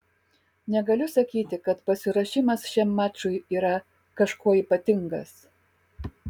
negaliu sakyti kad pasiruošimas šiam mačui yra kažkuo ypatingas